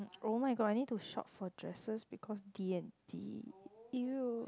oh-my-god I need to shop for dresses because of D and D !eww!